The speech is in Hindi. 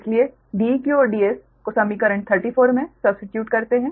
इसलिए Deq और Ds को समीकरण 34 मे सब्स्टिट्यूट करते है